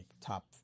top